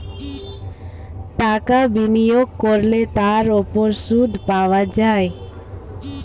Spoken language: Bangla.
টাকা বিনিয়োগ করলে তার উপর সুদ পাওয়া যায়